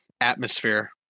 atmosphere